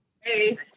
Hey